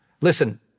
Listen